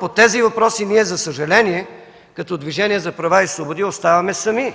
По тези въпроси ние, за съжаление, като Движение за права и свободи, оставаме сами.